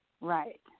Right